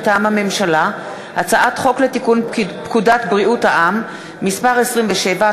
מטעם הממשלה: הצעת חוק לתיקון פקודת בריאות העם (מס' 27),